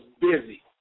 busy